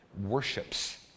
worships